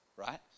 Right